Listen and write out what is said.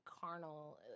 carnal